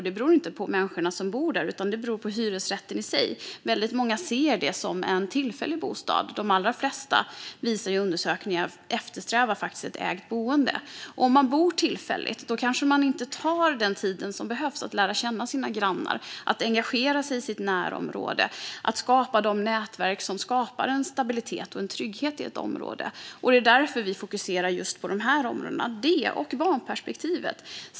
Det beror inte på människorna som bor där utan på boendeformen i sig. Väldigt många ser hyresrätten som en tillfällig bostad. Undersökningar visar att de allra flesta eftersträvar ett ägt boende. Om man bor tillfälligt kanske man inte tar sig den tid som behövs för att lära känna sina grannar, för att engagera sig i sitt närområde och för att bygga upp de nätverk som skapar stabilitet och trygghet i ett område. Det är därför vi fokuserar på just de områdena. Det handlar om det och om barnperspektivet.